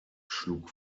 schlug